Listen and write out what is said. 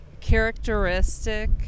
characteristic